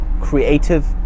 creative